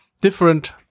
different